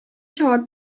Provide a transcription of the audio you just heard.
җавап